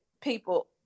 people